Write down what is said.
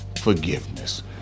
forgiveness